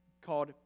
called